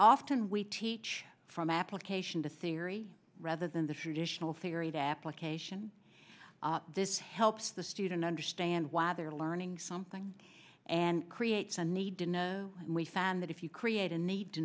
often we teach from application the scenery rather than the traditional theory the application this helps the student understand why they're learning something and creates a need to know we found that if you create a need to